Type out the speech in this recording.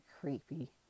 creepy